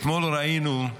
אתמול ראינו,